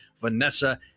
vanessa